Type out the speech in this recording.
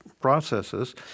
processes